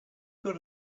got